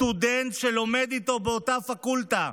סטודנט שלומד איתו באותה פקולטה,